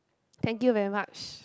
thank you very much